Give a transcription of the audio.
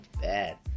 bad